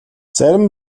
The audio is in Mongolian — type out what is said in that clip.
зарим